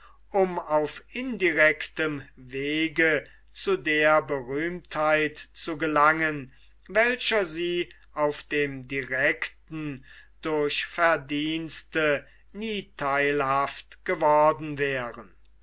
um auf indirektem wege zu der berühmtheit zu gelangen welcher sie auf dem direkten durch verdienste nie theilhaft geworden wären